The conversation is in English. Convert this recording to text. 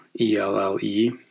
E-L-L-E